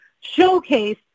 showcase